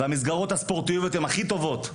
והמסגרות הספורטיביות הן הכי טובות,